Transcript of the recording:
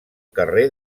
carrer